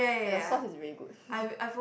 ya the sauce is really good